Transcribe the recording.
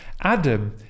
adam